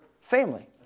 family